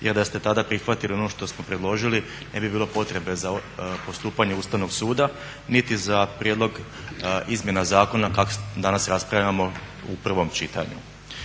Jer da ste tada prihvatili ono što smo predložili ne bi bilo potrebe za postupanjem Ustavnog suda niti za prijedlog izmjena zakona koje danas raspravljamo u prvom čitanju.